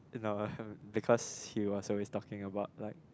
in our hm because he was always talking about like